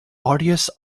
arduous